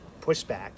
pushback